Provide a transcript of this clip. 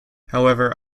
however